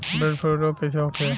Bird flu रोग कईसे होखे?